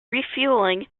refueling